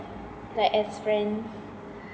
like as friend